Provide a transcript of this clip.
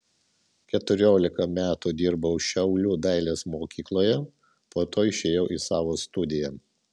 keturiolika metų dirbau šiaulių dailės mokykloje po to išėjau į savo studiją